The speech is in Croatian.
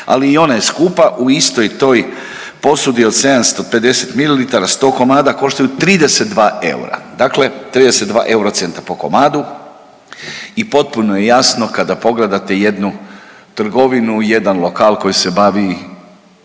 Ali i ona je skupa, u istoj toj posudi od 750 mililitara, 100 komada koštaju 32 eura, dakle 32 euro centra po komadu i potpuno je jasno kada pogledate jednu trgovinu, jedan lokal koji se bavi